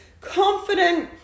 confident